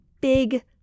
big